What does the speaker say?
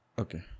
Okay